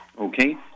Okay